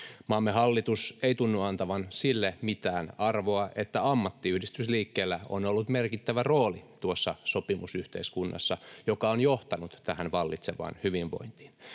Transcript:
Maamme hallitus ei tunnu antavan sille mitään arvoa, että ammattiyhdistysliikkeellä on ollut merkittävä rooli tuossa sopimusyhteiskunnassa, joka on johtanut tähän vallitsevaan hyvinvointiin.